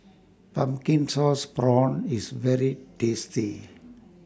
Pumpkin Sauce Prawns IS very tasty